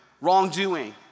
wrongdoing